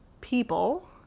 people